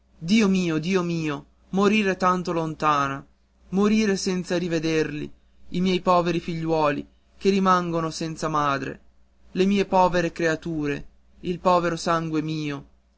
dio mio dio mio morire tanto lontana morire senza rivederli i miei poveri figliuoli che rimangono senza madre le mie creature il povero sangue mio